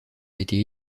été